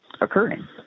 occurring